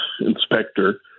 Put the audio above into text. inspector